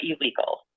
illegal